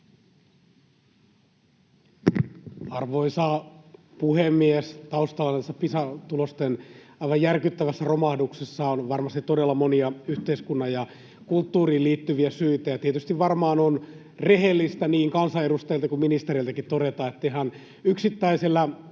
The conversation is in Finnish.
Arvoisa puhemies! Taustalla tässä Pisa-tulosten aivan järkyttävässä romahduksessa on varmasti todella monia yhteiskuntaan ja kulttuuriin liittyviä syitä. Ja tietysti varmaan on rehellistä niin kansanedustajilta kuin ministereiltäkin todeta, että ihan yksittäisellä